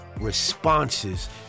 responses